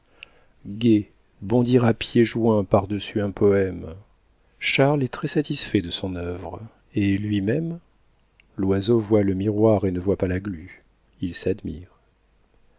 bondir à pieds joints par-dessus un poème charle est très satisfait de son œuvre et lui-même l'oiseau voit le miroir et ne voit pas la glu il s'admire